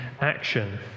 action